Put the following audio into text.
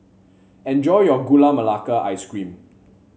enjoy your Gula Melaka Ice Cream